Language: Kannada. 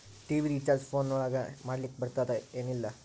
ಟಿ.ವಿ ರಿಚಾರ್ಜ್ ಫೋನ್ ಒಳಗ ಮಾಡ್ಲಿಕ್ ಬರ್ತಾದ ಏನ್ ಇಲ್ಲ?